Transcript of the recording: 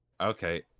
Okay